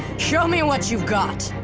show me what you've got!